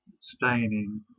staining